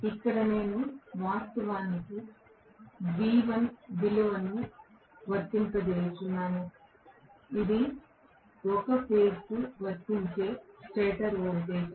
ఇక్కడ నేను వాస్తవానికి V1 విలువను వర్తింపజేస్తున్నాను ఇది ఒక ఫేజ్ కు వర్తించే స్టేటర్ వోల్టేజ్